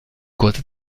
kurze